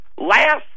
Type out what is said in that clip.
Last